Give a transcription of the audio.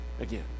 again